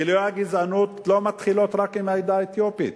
גילויי הגזענות לא מתחילים רק עם העדה האתיופית,